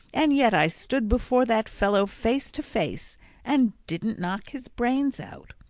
and yet i stood before that fellow face to face and didn't knock his brains out!